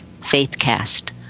FaithCast